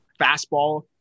fastball